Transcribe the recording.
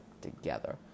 together